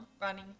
running